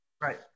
right